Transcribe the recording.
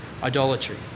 Idolatry